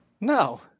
No